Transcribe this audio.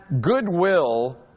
goodwill